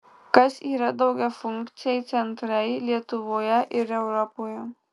kas yra daugiafunkciai centrai lietuvoje ir europoje